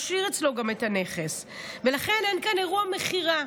גם משאיר אצלו את הנכס ולכן אין כאן אירוע מכירה.